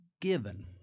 given